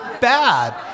bad